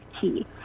key